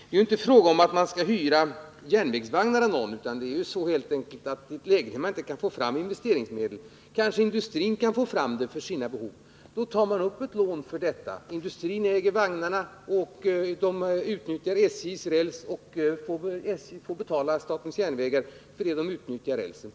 Det är ju inte fråga om att järnvägsvagnar hyrs ut till någon. I ett läge där man inte kan få fram investeringsmedel kan kanske i stället industrin få fram sådana medel för sina behov på denna väg, och då tas det upp ett lån för det ändamålet. Vagnarna kommer att ägas av industrin, som utnyttjar SJ:s räls för dem. Industrin får då betala SJ för att använda rälsen.